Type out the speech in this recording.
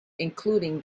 including